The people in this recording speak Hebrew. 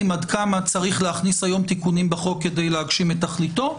עד כמה צריך להכניס היום תיקונים בחוק כדי להגשים תכליתו,